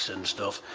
and stuff.